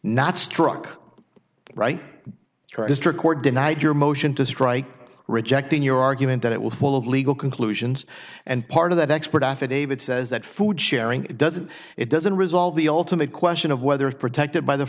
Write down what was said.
struck right district court denied your motion to strike rejecting your argument that it was full of legal conclusions and part of that expert affidavit says that food sharing doesn't it doesn't resolve the ultimate question of whether it's protected by the